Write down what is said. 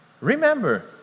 Remember